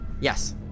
Yes